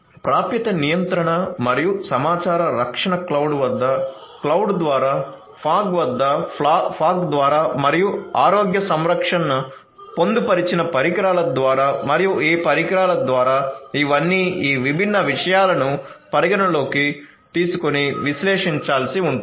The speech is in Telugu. ప్రాప్యత నియంత్రణ మరియు సమాచార రక్షణ క్లౌడ్ వద్ద క్లౌడ్ ద్వారా ఫాగ్ వద్ద ఫాగ్ ద్వారా మరియు ఆరోగ్య సంరక్షణ పొందుపరిచిన పరికరాల ద్వారా మరియు ఈ పరికరాల ద్వారా ఇవన్నీ ఈ విభిన్న విషయాలను పరిగణనలోకి తీసుకొని విశ్లేషించాల్సి ఉంటుంది